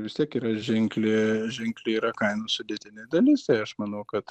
vis tiek yra ženkli ženkli yra kainų sudėtinė dalis tai aš manau kad